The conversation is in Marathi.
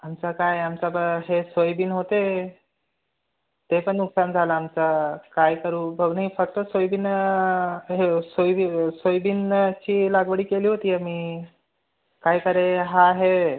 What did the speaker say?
आमचा काय आमचा ब शेत सोयेबीन होते ते पण नुकसान झाला आमचा काय करू भाव नाही पटत सोयबीन हे सोयेबी सोयेबीनची लागवड केली होती आम्ही आहे सारे हा हे